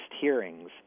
hearings